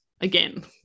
again